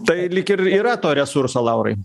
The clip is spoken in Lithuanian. tai lyg ir yra to resurso laurai